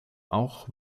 auch